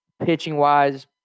pitching-wise